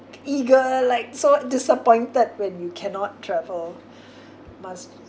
eager like so disappointed when you cannot travel must